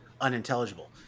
unintelligible